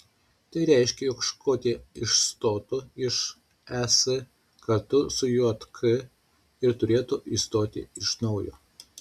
tai reiškia jog škotija išstotų iš es kartu su jk ir turėtų įstoti iš naujo